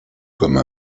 comme